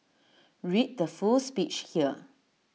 read the full speech here